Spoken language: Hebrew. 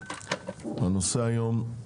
הנושא על סדר-היום: